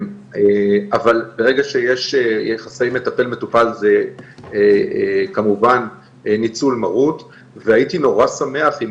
אבל ברגע שיש יחסי מטפל-מטופל זה כמובן ניצול מרות והייתי נורא שמח אם